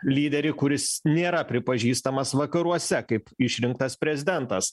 lyderį kuris nėra pripažįstamas vakaruose kaip išrinktas prezidentas